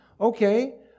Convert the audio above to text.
okay